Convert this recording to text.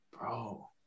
Bro